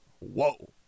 whoa